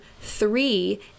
Three